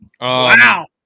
Wow